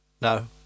No